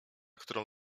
którą